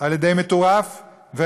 על-ידי מטורפים,